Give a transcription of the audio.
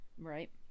Right